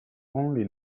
only